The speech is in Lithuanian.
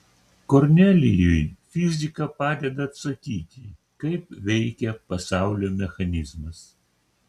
kornelijui fizika padeda atsakyti kaip veikia pasaulio mechanizmas